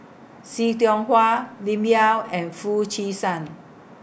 See Tiong Hua Lim Yau and Foo Chee San